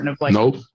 Nope